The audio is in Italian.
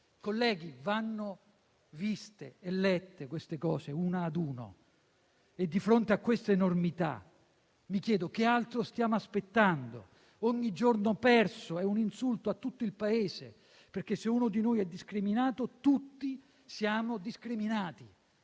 cose vanno viste e lette una ad una e, di fronte a questa enormità, vi chiedo che altro stiamo aspettando. Ogni giorno perso è un insulto a tutto il Paese perché, se uno di noi è discriminato, tutti siamo discriminati.